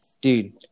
dude